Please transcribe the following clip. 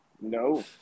No